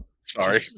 Sorry